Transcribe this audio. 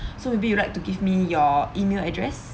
so maybe you'd like to give me your email address